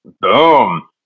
Boom